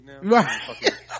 right